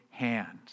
Hands